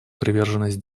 приверженность